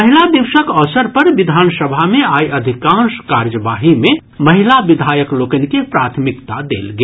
महिला दिवसक अवसर पर विधानसभा मे आइ अधिकांश कार्यवाही मे महिला विधायक लोकनि के प्राथमिकता देल गेल